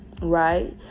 right